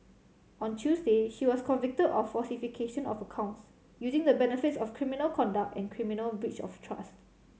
on Tuesday she was convicted of falsification of accounts using the benefits of criminal conduct and criminal breach of trust